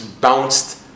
bounced